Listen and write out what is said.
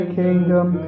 kingdom